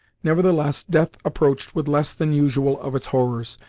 nevertheless death approached with less than usual of its horrors,